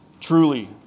Truly